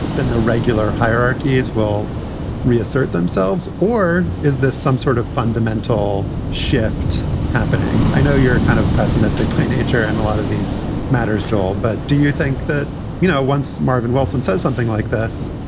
then the regular hierarchy's will reassert themselves. or is this some sort of fundamental shift happening? i know you're kind of pessimistic play nature and a lot of these matters all. but do you think that, you know, once marvin wilson says something like this,